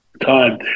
time